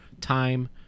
time